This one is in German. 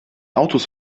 autos